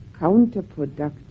counterproductive